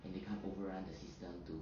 and they can't overrun the system to